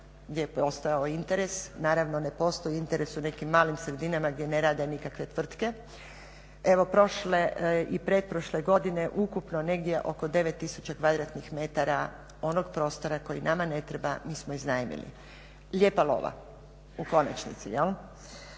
gdje je postojao interes, naravno ne postoji interes u nekim malim sredinama gdje ne rade nikakve tvrtke. Evo prošle i pretprošle godine ukupno negdje oko 9 tisuća kvadratnih metara onog prostora koji nama ne treba mi smo iznajmili. Lijepa lova, u konačnici je